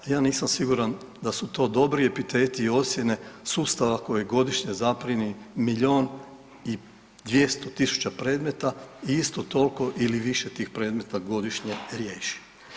Ja nisam siguran da su to dobri epiteti i ocjene sustava koji godišnje zaprimi milijon i 200 tisuća predmeta i isto tolko ili više tih predmeta godišnje riješi.